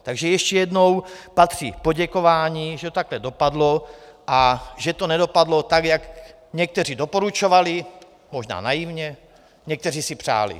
Takže ještě jednou patří poděkování, že to takhle dopadlo a že to nedopadlo tak, jak někteří doporučovali, možná naivně, někteří si přáli.